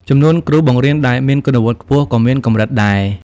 ចំនួនគ្រូបង្រៀនដែលមានគុណវុឌ្ឍិខ្ពស់ក៏មានកម្រិតដែរ។